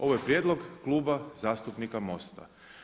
Ovo je prijedlog Kluba zastupnika MOST-a.